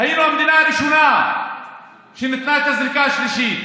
היינו המדינה הראשונה שנתנה את הזריקה השלישית.